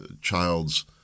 child's